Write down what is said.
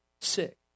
sick